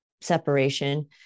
separation